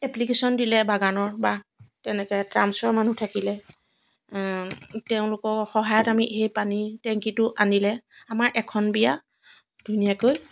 application দিলে বাগানৰ বা তেনেকৈ ট্ৰামচৰ মানুহ থাকিলে তেওঁলোকৰ সহায়ত আমি সেই পানী টেংকিটো আনিলে আমাৰ এখন বিয়া ধুনীয়াকৈ